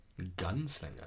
Gunslinger